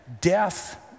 death